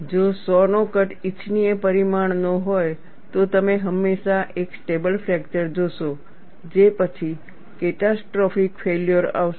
જો સો નો કટ ઇચ્છનીય પરિમાણનો હોય તો તમે હંમેશા એક સ્ટેબલ ફ્રેકચર જોશો જે પછી કેટાસ્ટ્રોફીક ફેલ્યોર આવશે